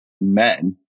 men